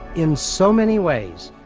in so many ways,